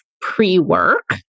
pre-work